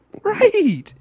Right